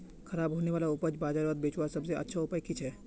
ख़राब होने वाला उपज बजारोत बेचावार सबसे अच्छा उपाय कि छे?